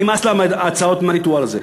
נמאס לה מהריטואל הזה.